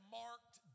marked